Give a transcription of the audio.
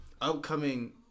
upcoming